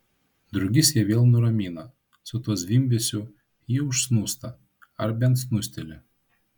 drugys ją vėl nuramina su tuo zvimbesiu ji užsnūsta ar bent snūsteli